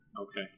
okay